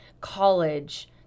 college